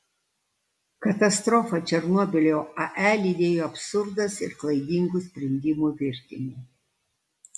katastrofą černobylio ae lydėjo absurdas ir klaidingų sprendimų virtinė